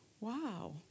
wow